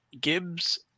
Gibbs